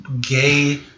gay